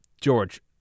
George